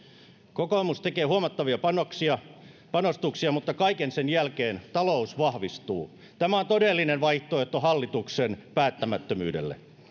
kokoomus tekee huomattavia panostuksia panostuksia mutta kaiken sen jälkeen talous vahvistuu tämä on todellinen vaihtoehto hallituksen päättämättömyydelle